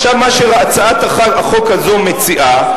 מה שהצעת החוק הזאת מציעה,